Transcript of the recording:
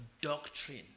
doctrine